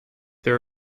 there